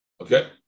Okay